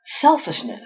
selfishness